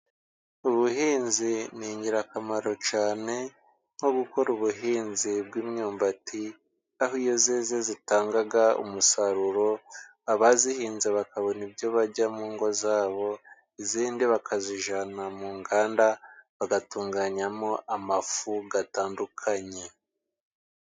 Ubuhinzi ni ingirakamaro cyane, nko gukora ubuhinzi bw'imyumbati, aho iyo yeze itanga umusaruro, abayihinze bakabona ibyo barya mu ngo zabo, iyindi bakayijyana mu nganda, bagatunganyamo amafu atandukanye.